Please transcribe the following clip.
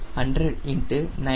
2 25